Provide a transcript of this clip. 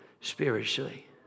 spiritually